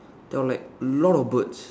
there were like a lot of birds